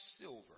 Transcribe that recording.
silver